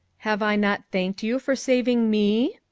have i not thanked you for saving me?